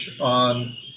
on